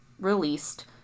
released